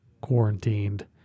quarantined